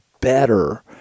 better